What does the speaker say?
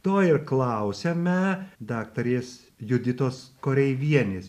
to ir klausiame daktarės juditos koreivienės